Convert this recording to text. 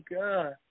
God